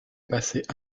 passé